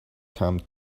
come